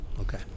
okay